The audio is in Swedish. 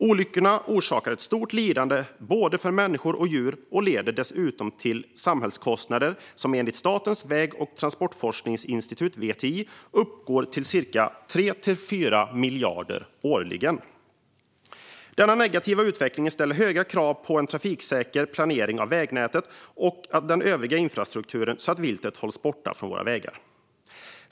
Olyckorna orsakar stort lidande för både människor och djur och leder dessutom till samhällskostnader som enligt Statens väg och transportforskningsinstitut, VTI, uppgår till 3-4 miljarder årligen. Denna negativa utveckling ställer högre krav på en trafiksäker planering av vägnätet och den övriga infrastrukturen så att viltet hålls borta från vägarna.